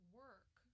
work